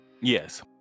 Yes